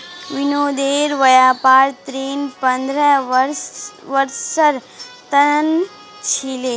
विनोदेर व्यापार ऋण पंद्रह वर्षेर त न छिले